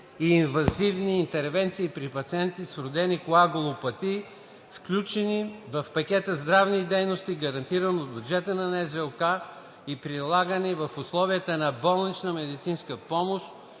и инвазивни интервенции при пациенти с вродени коагулопатии, включени в пакета здравни дейности, гарантиран от бюджета на НЗОК, и прилагани в условията на болничната медицинска помощ,